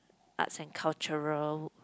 arts and cultural